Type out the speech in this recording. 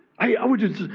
i would just say,